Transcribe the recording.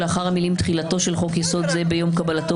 במקום המילים "תחילתו של חוק-יסוד זה ביום קבלתו